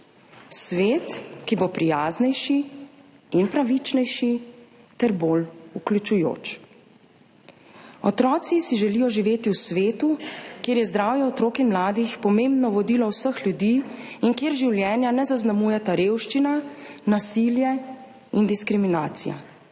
svet, ki bo prijaznejši in pravičnejši ter bolj vključujoč. Otroci si želijo živeti v svetu, kjer je zdravje otrok in mladih pomembno vodilo vseh ljudi in kjer življenja ne zaznamujeta revščina, nasilje in diskriminacija.